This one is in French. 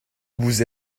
vous